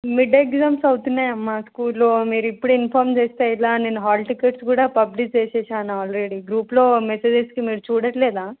mid exams అవుతున్నాయి అమ్మ స్కూల్లో మీరు ఇప్పుడు ఇన్ఫార్మ్ చేస్తే ఎలా నేను హాల్ టికెట్స్ కూడా పబ్లిష్ చేసాను ఆల్రెడీ గ్రూప్లో మెసేజెస్ మీరు చూడలేదా